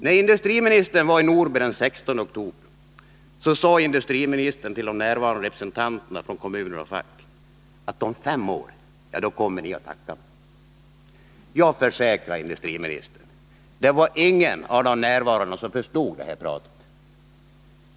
När industriministern var i Norberg den 16 oktober sade han till de närvarande representanterna för kommuner och fack, att ”om fem år så kommer ni att tacka mig”. Jag försäkrar industriministern: Det var ingen av de närvarande som förstod det här pratet.